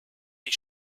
die